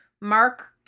Mark